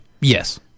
Yes